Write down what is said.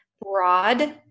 broad